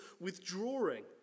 withdrawing